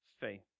faith